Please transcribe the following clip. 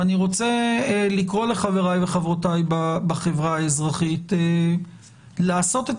אני רוצה לקרוא לחבריי וחברותיי בחברה האזרחית לעשות את